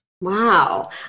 Wow